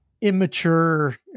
immature